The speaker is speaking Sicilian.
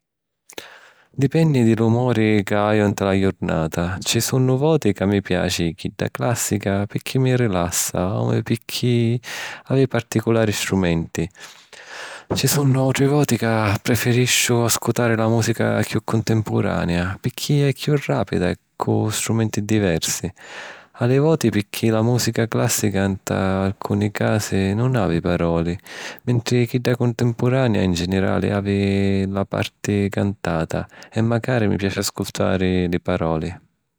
Dipenni di l'umuri ca haju nta la jurnata. Ci sunnu voti ca mi piaci chidda clàssica picchì mi rilassa o picchì havi particulari strumenti. Ci sunnu àutri voti ca preferisciu ascutari la mùsica chiù contempurania picchì è chiù ràpida e cu strumenti diversi. A li voti picchì la mùsica clàssica nta alcuni casi nun havi palori, mentri chidda contempurania, in ginirali, havi la parti cantata e macari mi piaci ascutari li palori.